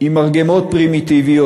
עם מרגמות פרימיטיביות.